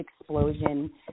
explosion